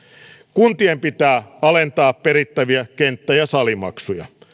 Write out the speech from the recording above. kuntien pitää alentaa perittäviä kenttä ja salimaksuja